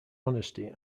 honesty